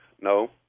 No